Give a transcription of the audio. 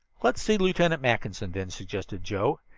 let's see lieutenant mackinson, then, suggested joe,